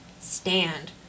stand